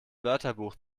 wörterbuch